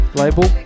label